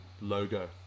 logo